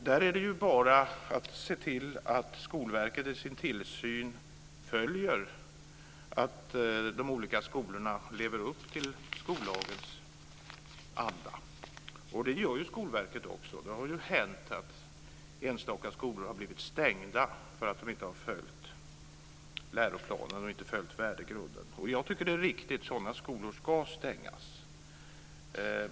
Där är det bara att se till att Skolverket i sin tillsyn följer att de olika skolorna lever upp till skollagens anda. Det gör ju Skolverket också. Det har hänt att enstaka skolor stängts för att de inte har följt läroplanen och värdegrunden. Det är riktigt. Sådana skolor ska stängas.